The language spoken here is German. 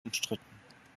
umstritten